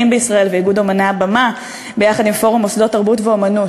בישראל ואיגוד אמני הבמה ביחד עם פורום מוסדות תרבות ואמנות,